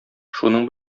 шуның